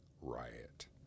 riot